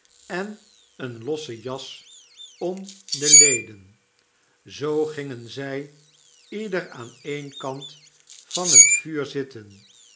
en eene losse jas om de leden zoo gingen zy ieder aan een kant van het vuur zitten